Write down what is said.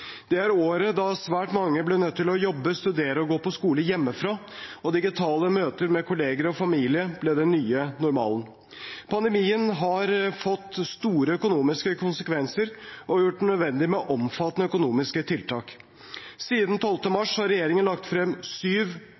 Det er året da svært mange ble nødt til å jobbe, studere og gå på skole hjemmefra og digitale møter med kolleger og familie ble den nye normalen. Pandemien har fått store økonomiske konsekvenser og gjort det nødvendig med omfattende økonomiske tiltak. Siden 12. mars har regjeringen lagt frem syv